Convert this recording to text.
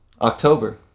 October